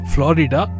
Florida